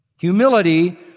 Humility